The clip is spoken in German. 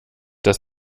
dass